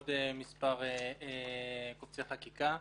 ועוד מספר קובצי חקיקה.